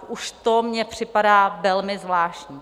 Už to mně připadá velmi zvláštní.